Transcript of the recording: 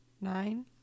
nine